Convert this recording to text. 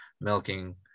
milking